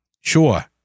sure